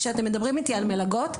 כשאתם מדברים איתי על מלגות,